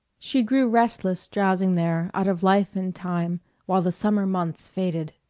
she grew restless drowsing there out of life and time while the summer months faded.